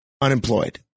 unemployed